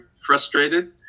frustrated